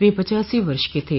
वे पचासी वर्ष के थे